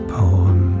poem